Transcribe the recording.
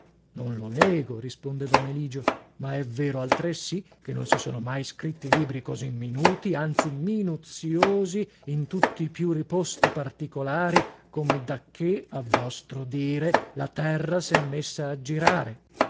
e non per provare non nego risponde don eligio ma è vero altresì che non si sono mai scritti libri così minuti anzi minuziosi in tutti i più riposti particolari come dacché a vostro dire la terra sè messa a girare